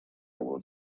will